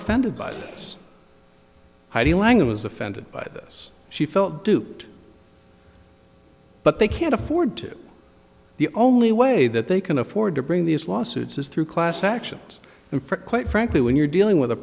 offended by this heidi lang was offended by this she felt duped but they can't afford to the only way that they can afford to bring these lawsuits is through class actions and quite frankly when you're dealing with a